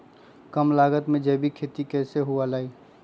कम लागत में जैविक खेती कैसे हुआ लाई?